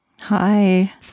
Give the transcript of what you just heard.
Hi